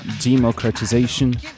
democratization